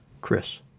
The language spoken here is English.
Chris